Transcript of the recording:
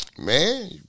Man